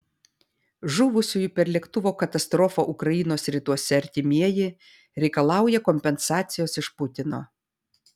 žuvusiųjų per lėktuvo katastrofą ukrainos rytuose artimieji reikalauja kompensacijos iš putino